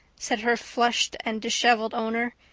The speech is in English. said her flushed and disheveled owner.